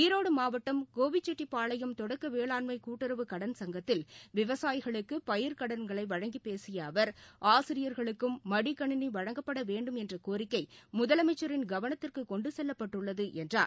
ஈரோடு மாவட்டம் கோபிசெட்டிப்பாளையம் தொடக்க வேளாண்மை கூட்டுறவு கடன் சங்கத்தில் விவசாயிகளுக்கு பயிர்க் கடன்களை வழங்கிப் பேசிய அவர் ஆசிரியர்களுக்கும் மடிக்கணினி வழங்கப்பட வேண்டும் என்ற கோரிக்கை முதலமைச்சரின் கவனத்திற்கு கொண்டு செல்வப்பட்டுள்ளது என்றார்